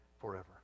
forever